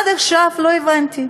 ועד עכשיו לא הבנתי: